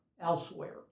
elsewhere